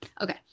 Okay